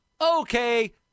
Okay